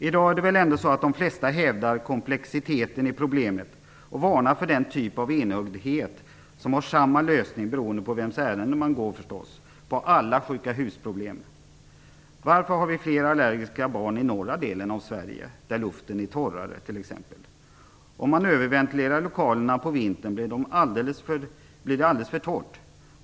I dag hävdar väl ändå de flesta komplexiteten i problemet och varnar för den typ av enögdhet som innebär samma lösning - beroende på vems ärende man går förstås - på alla sjuka-hus-problem. Varför är det t.ex. fler allergiska barn i norra delen av Sverige, där luften är torrare? Om man överventilerar lokalerna på vintern blir luften alldeles för torr.